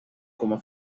coma